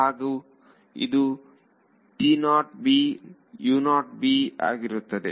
ಹಾಗೂ ಇದು ಆಗಿರುತ್ತದೆ